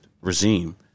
regime